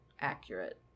accurate